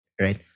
right